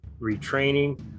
retraining